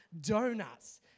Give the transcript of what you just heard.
donuts